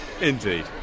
indeed